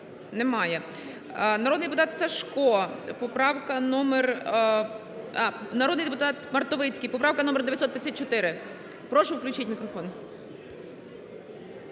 номер… Народний депутат Мартовицький, поправка номер 954. Прошу включіть мікрофон.